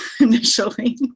initially